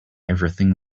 everything